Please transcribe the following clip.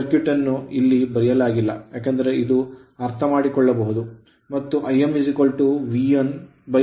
circuit ಅನ್ನು ಇಲ್ಲಿ ಬರೆಯಲಾಗಿಲ್ಲ ಏಕೆಂದರೆ ಇದು ಅರ್ಥಮಾಡಿಕೊಳ್ಳಬಹುದು ಮತ್ತು Im V1 X m 1